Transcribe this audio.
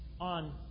on